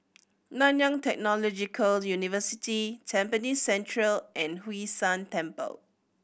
Nanyang Technological University Tampines Central and Hwee San Temple